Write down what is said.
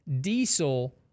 Diesel